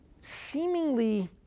seemingly